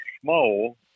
small